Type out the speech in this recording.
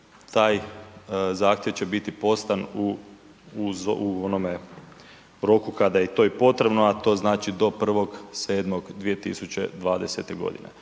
taj zahtjev će biti poslan uz u onome roku kada je to i potrebno, a to znači do 1.7.2020. g.